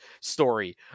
story